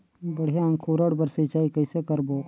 बढ़िया अंकुरण बर सिंचाई कइसे करबो?